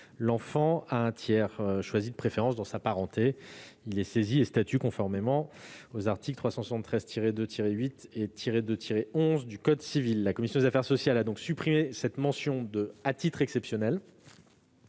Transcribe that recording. l'enfant à un tiers, choisi de préférence dans sa parenté. Il est saisi et statue conformément aux articles 373-2-8 et 373-2-11 du code civil. La commission des affaires sociales a supprimé la mention « à titre exceptionnel ».